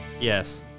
Yes